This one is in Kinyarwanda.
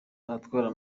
abatwara